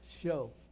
show